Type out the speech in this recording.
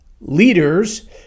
Leaders